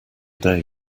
day